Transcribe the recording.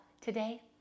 today